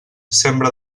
sembra